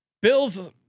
Bills